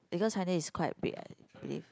because China is quite big I believe